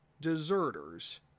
deserters